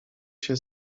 się